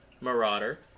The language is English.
marauder